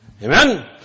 Amen